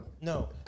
No